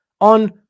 on